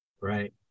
Right